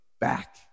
back